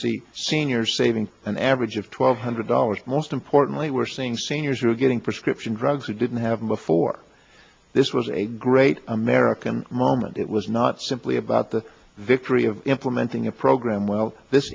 see seniors saving for an average of twelve hundred dollars most importantly we're seeing seniors who are getting prescription drugs who didn't have them before this was a great american moment it was not simply about the victory of implementing a program well this